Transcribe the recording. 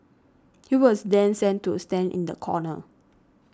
he was then sent to stand in the corner